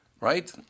Right